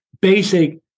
basic